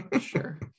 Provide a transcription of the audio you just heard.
Sure